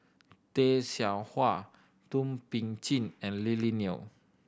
Tay Seow Huah Thum Ping Tjin and Lily Neo